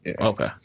Okay